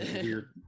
Weird